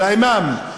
של האימאם,